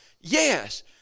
Yes